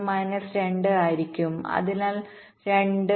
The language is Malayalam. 1 മൈനസ് 2 ആയിരിക്കും അത് 2 0